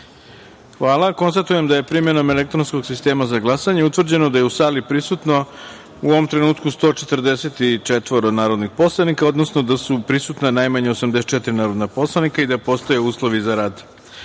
jedinice. Konstatujem da je primenom elektronskog sistema za glasanje utvrđeno da su u sali prisutna, u ovom trenutku, 144 narodna poslanika, odnosno da su prisutna najmanje 84 narodna poslanika i da postoje uslovi za